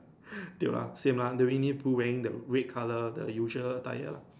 tio lah same lah the winner the Pooh wearing the red color the usual attire lah